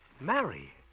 Marry